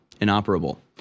inoperable